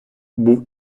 був